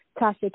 Tasha